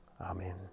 Amen